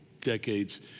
decades